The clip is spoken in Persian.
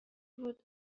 رود